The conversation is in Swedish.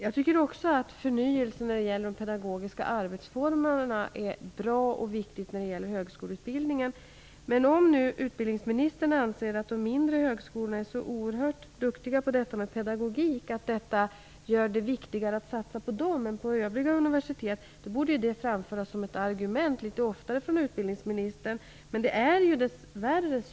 Jag tycker också att förnyelse av de pedagogiska arbetsformerna är bra och viktigt när det gäller högskoleutbildningen. Men om nu utbildningsministern anser att de mindre högskolorna är så oerhört duktiga på pedagogik och att detta gör det viktigare att satsa på dem än på övriga universitet borde det framföras som ett argument från utbildningsministern litet oftare.